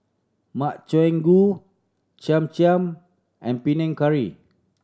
Makchang Gui Cham Cham and Panang Curry